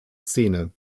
szene